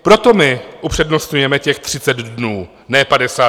Proto my upřednostňujeme těch 30 dnů, ne 58.